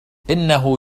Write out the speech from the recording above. إنه